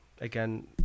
again